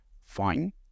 fine